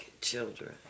children